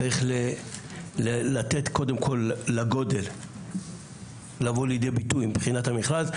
צריך לתת קודם כל לגודל לבוא לידי ביטוי מבחינת המכרז.